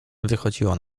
wychodziło